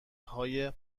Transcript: های